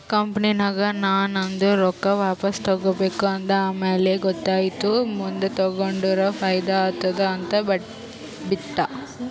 ಕಂಪನಿನಾಗ್ ನಾ ನಂದು ರೊಕ್ಕಾ ವಾಪಸ್ ತಗೋಬೇಕ ಅಂದ ಆಮ್ಯಾಲ ಗೊತ್ತಾಯಿತು ಮುಂದ್ ತಗೊಂಡುರ ಫೈದಾ ಆತ್ತುದ ಅಂತ್ ಬಿಟ್ಟ